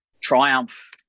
triumph